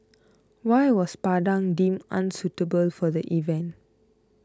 why was Padang deemed unsuitable for the event